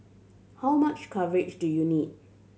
how much coverage do you need